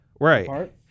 Right